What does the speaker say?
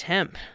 Temp